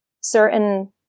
certain